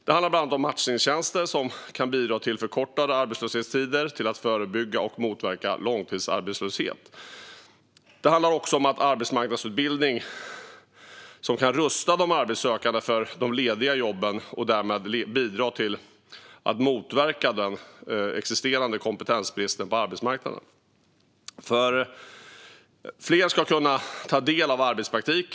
Det handlar bland annat om matchningstjänster, som kan bidra till förkortade arbetslöshetstider och till att förebygga och motverka långtidsarbetslöshet. Det handlar också om arbetsmarknadsutbildning, som kan rusta de arbetssökande för de lediga jobben och därmed bidra till att motverka den existerande kompetensbristen på arbetsmarknaden. Fler ska kunna ta del av arbetspraktik.